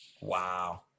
Wow